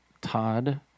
Todd